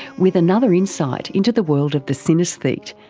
with another insight into the world of the synaesthete.